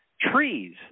trees